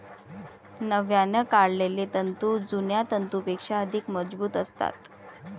नव्याने काढलेले तंतू जुन्या तंतूंपेक्षा अधिक मजबूत असतात